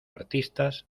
artistas